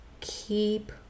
keep